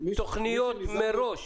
תוכניות מראש?